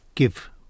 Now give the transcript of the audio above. give